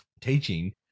teaching